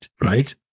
right